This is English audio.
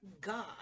god